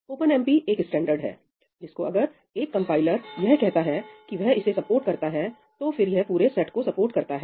OpenMP एक standard है जिसको अगर एक कंपाइलर यह कहता है की वह इसे सपोर्ट करता है तो फिर यह पूरे सेट को सपोर्ट करता है